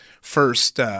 first